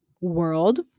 world